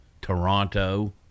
Toronto